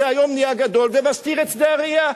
היום נהיה גדול ומסתיר את שדה הראייה,